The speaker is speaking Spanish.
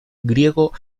griego